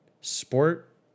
sport